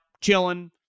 chilling